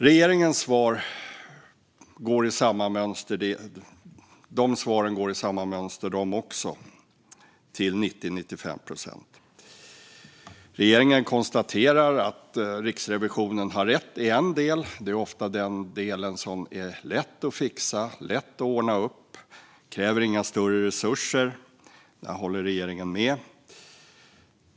Regeringens svar följer också samma mönster till 90-95 procent. Regeringen konstaterar att Riksrevisionen har rätt i en del. Det är ofta den del som är lätt att fixa och ordna upp. Det kräver inga större resurser. Där håller regeringen med.